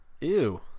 ew